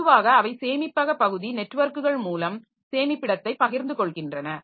பொதுவாக அவை சேமிப்பக பகுதி நெட்வொர்க்குகள் மூலம் சேமிப்பிடத்தைப் பகிர்ந்து கொள்கின்றன